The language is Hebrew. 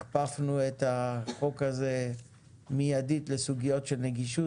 הכפפנו את החוק הזה מיידית לסוגיות של נגישות